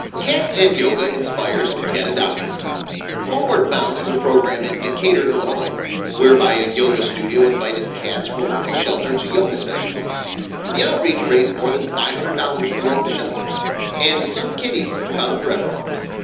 cats and yoga inspires cat adoptions homeward bound is a program in decatur, illinois whereby a yoga studio invited cats from a local shelter to yoga sessions the outreach raised more than five hundred dollars for local shelters and some kitties found forever homes